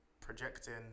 projecting